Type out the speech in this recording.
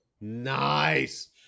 Nice